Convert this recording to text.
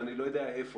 או אני לא יודע איפה,